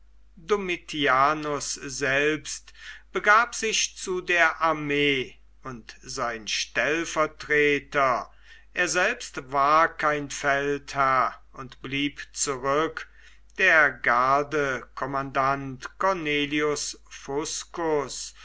selbst begab sich zu der armee und sein stellvertreter er selbst war kein feldherr und blieb zurück der gardekommandant cornelias